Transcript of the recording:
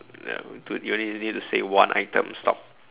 you only need to say one item stop